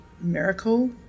miracle